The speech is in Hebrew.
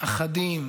החדים,